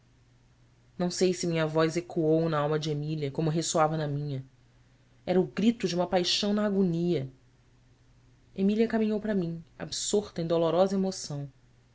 não sei se minha voz ecoou n alma de emília como ressoava na minha era o grito de uma paixão na agonia emília caminhou para mim absorta em dolorosa emoção